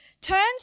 turns